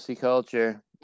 culture